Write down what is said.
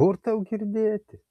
kur tau girdėti